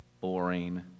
boring